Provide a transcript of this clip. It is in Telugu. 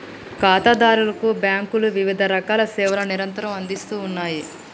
ఖాతాదారులకు బ్యాంకులు వివిధరకాల సేవలను నిరంతరం అందిస్తూ ఉన్నాయి